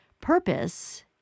Purpose